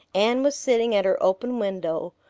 anne was sitting at her open window,